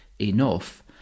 enough